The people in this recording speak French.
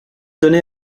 donné